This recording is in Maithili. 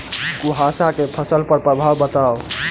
कुहासा केँ फसल पर प्रभाव बताउ?